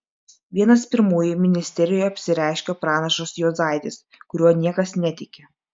vienas pirmųjų ministerijoje apsireiškia pranašas juozaitis kuriuo niekas netiki